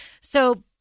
So-